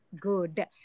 good